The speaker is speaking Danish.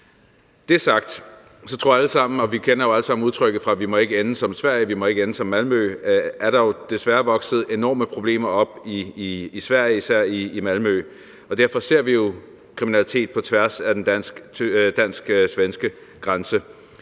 Det sagt – og vi kender jo alle sammen udtrykket om, at vi ikke må ende som Sverige, vi må ikke ende som Malmø – er der jo desværre vokset enorme problemer op i Sverige, især i Malmø, og derfor ser vi kriminalitet på tværs af den dansk-svenske grænse.